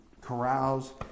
carouse